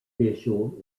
visual